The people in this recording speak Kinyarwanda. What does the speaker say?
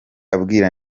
abwira